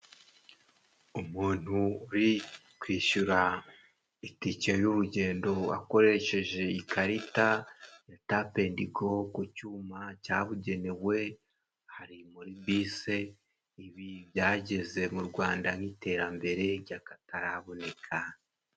Umuntu uri kwishyura itike y'urugendo akoresheje ikarita ya tapendigo ku cyuma cyabugenewe ,hari muri bise ibi byageze mu Rwanda nk'iterambere ry'akataraboneka.